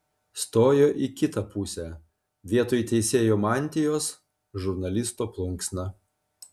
stojo į kitą pusę vietoj teisėjo mantijos žurnalisto plunksna